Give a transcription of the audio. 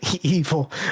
evil